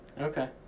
Okay